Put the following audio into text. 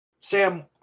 Sam